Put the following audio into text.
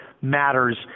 matters